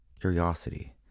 curiosity